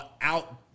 out